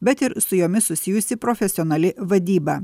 bet ir su jomis susijusi profesionali vadyba